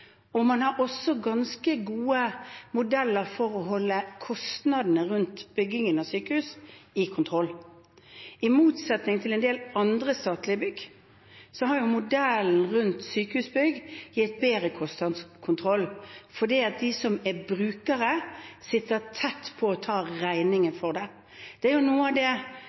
Man har også ganske gode modeller for å holde kostnadene rundt byggingen av sykehus under kontroll. I motsetning til en del andre statlige bygg har jo modellen rundt Sykehusbygg gitt bedre kostnadskontroll fordi de som er brukere, sitter tett på og tar regningen for det. Det er noe av det